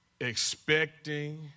Expecting